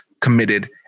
committed